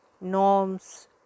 norms